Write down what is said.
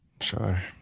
Sure